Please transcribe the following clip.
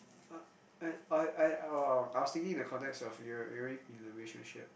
uh I I orh I was thinking in the context of you're you're already in a relationship